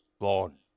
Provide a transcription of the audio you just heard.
gone